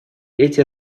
эти